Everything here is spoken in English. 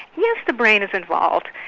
yes the brain is involved,